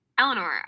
Eleanor